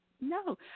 No